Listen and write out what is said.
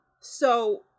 So-